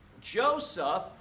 Joseph